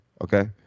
Okay